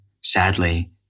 Sadly